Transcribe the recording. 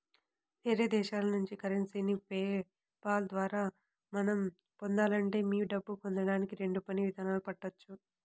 వేరే దేశాల నుంచి కరెన్సీని పే పాల్ ద్వారా మనం పొందాలంటే మీ డబ్బు పొందడానికి రెండు పని దినాలు పట్టవచ్చు